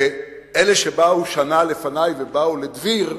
אלה שבאו שנה לפני באו לדביר,